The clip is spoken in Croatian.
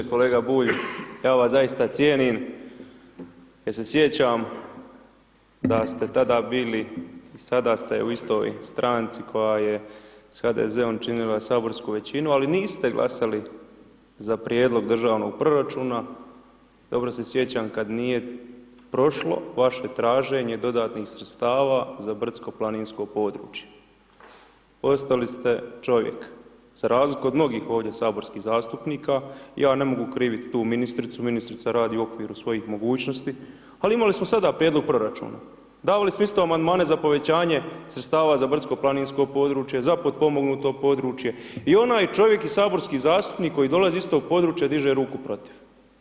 Kolega Bulj, ja vas zaista cijenim jer se sjećam da ste tada bili i sada ste u istoj stranci koja je s HDZ-om činila saborsku većinu, ali niste glasali za prijedlog državnog proračuna, dobro se sjećam kad nije prošlo vaše traženje dodatnih sredstava za brdsko planinsko područje, ostali ste čovjek za razliku od mnogih ovdje saborskih zastupnika, ja ne mogu kriviti tu ministricu, ministrica radi u okviru svojih mogućnosti, ali imali smo sada prijedlog proračuna, davali smo isto Amandmane za povećanje sredstava za brdsko planinsko područje, za potpomognuto područje i onaj čovjek i saborski zastupnik koji dolazi iz toga područja, diže ruku protiv.